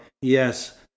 yes